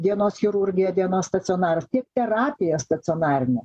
dienos chirurgija dienos stacionaras tiek terapija stacionarinė